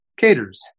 caters